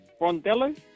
Brondello